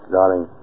Darling